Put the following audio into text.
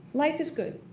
life is good.